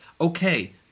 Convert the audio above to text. okay